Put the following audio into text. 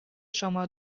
شما